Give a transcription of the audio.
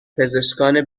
پزشکان